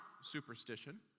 superstition